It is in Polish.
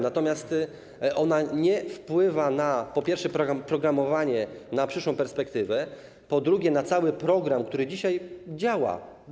Natomiast ona nie wpływa, po pierwsze, na programowanie na przyszłą perspektywę, po drugie, na cały program, który dzisiaj działa.